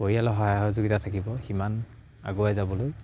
পৰিয়ালৰ সহায়যোগিতা থাকিব সিমান আগুৱাই যাবলৈ